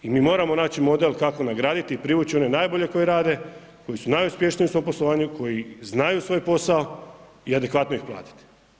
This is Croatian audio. I mi moramo naći model kako nagraditi i privući one najbolje koji rade, koji su najuspješniji u svom poslovanju, koji znaju svoj posao i adekvatno ih platiti.